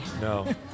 No